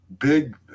big